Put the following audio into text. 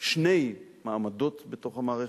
שני מעמדות בתוך המערכת,